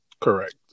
Correct